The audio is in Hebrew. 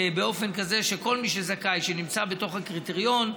באופן כזה שכל מי שזכאי ונמצא בתוך הקריטריון,